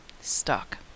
Stuck